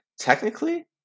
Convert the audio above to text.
technically